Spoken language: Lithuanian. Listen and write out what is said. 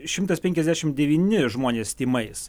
šimtas penkiasdešim devyni žmonės tymais